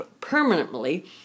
permanently